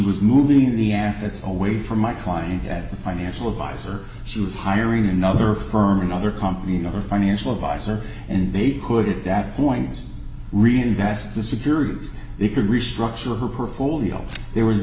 was moving the assets away from my client as a financial advisor she was hiring another firm another company another financial advisor and they could at that point reinvest the securities they could restructure her full deal there was